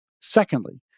Secondly